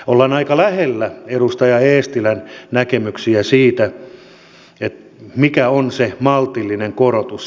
ollaan aika lähellä edustaja eestilän näkemyksiä siitä mikä on se maltillinen korotus